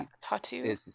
Tattoo